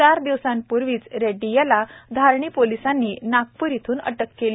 चार दिवसांपूर्वीच रेड्डी याला धारणी पोलीसांनी नागप्र इथून अटक केली होती